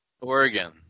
Oregon